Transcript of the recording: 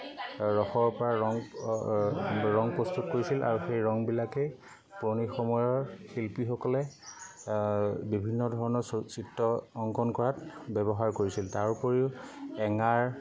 ৰসৰপৰা ৰং ৰং প্ৰস্তুত কৰিছিল আৰু সেই ৰংবিলাকেই পুৰণি সময়ৰ শিল্পীসকলে বিভিন্ন ধৰণৰ চিত্ৰ অংকন কৰাত ব্যৱহাৰ কৰিছিল তাৰো উপৰিও এঙাৰ